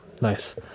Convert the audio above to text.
Nice